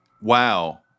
Wow